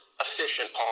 efficient